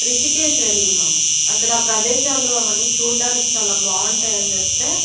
రిషికేష్ వెళ్లిన్నాం అక్కడ ప్రదేశాలు అవన్నీ చూడడానికి చాలా బాగుంటాయని చెప్తే